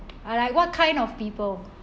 are like what kind of people